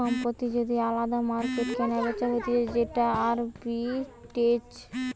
সম্পত্তি যদি আলদা মার্কেটে কেনাবেচা হতিছে সেটা আরবিট্রেজ